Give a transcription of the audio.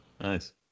Nice